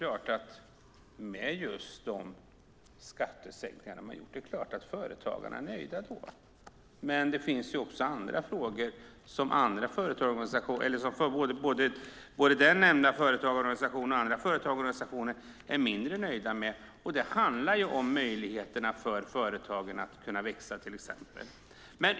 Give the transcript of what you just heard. Fru talman! Med de skattesänkningar ni har gjort är det klart att Företagarna är nöjda. Men det finns också andra frågor som både den nämnda företagarorganisationen och andra är mindre nöjda med. Det handlar om möjligheterna för företagen att växa, till exempel.